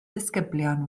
ddisgyblion